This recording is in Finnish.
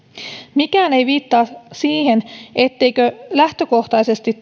mikään ei viittaa siihen etteikö lähtökohtaisesti